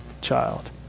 child